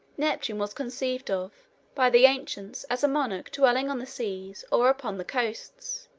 neptune was conceived of by the ancients as a monarch dwelling on the seas or upon the coasts,